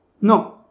No